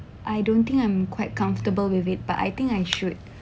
I don't think I'm quite comfortable with it but I think I should